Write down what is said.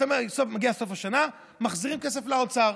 מגיע סוף השנה, מחזירים כסף לאוצר.